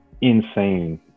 insane